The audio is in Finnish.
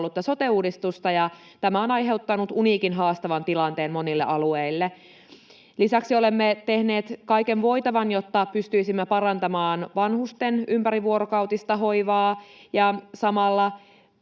sote-uudistusta, ja tämä on aiheuttanut uniikin, haastavan tilanteen monille alueille. Lisäksi olemme tehneet kaiken voitavan, jotta pystyisimme parantamaan vanhusten ympärivuorokautista hoivaa, ja samalla